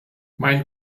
mein